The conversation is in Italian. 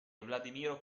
vladimiro